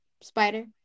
spider